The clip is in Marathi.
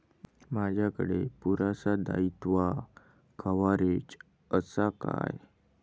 माजाकडे पुरासा दाईत्वा कव्हारेज असा काय?